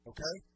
Okay